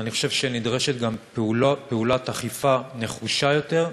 אני חושב שנדרשת גם פעולת אכיפה נחושה יותר,